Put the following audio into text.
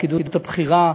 הפקידות הבכירה,